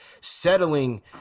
settling